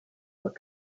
what